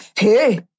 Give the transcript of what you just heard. Hey